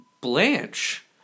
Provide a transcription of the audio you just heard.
Blanche